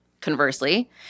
Conversely